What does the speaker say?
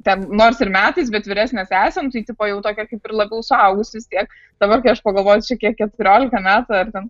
ten nors ir metais bet vyresnė sesė nu tai tipo tokia kaip ir labiau suaugusi vis tiek dabar kai aš pagalvoju čia kiek keturiolika metų ar ten